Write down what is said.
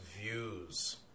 views